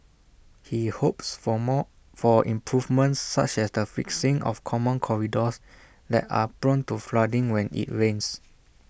he hopes for more for improvements such as the fixing of common corridors that are prone to flooding when IT rains